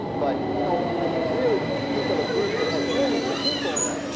but you know when you really think of a group that has millions of people in it,